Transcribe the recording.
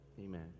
Amen